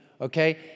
okay